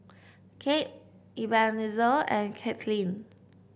Cade Ebenezer and Katelin